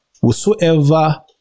whosoever